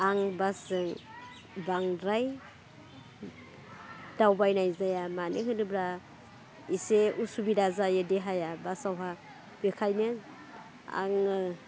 आं बासजों बांद्राय दावबायनाय जाया मानो होनोब्ला एसे उसुबिदा जायो देहाया बासावहा बेखायनो आङो